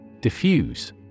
Diffuse